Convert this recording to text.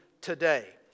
today